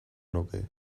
nuke